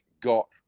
got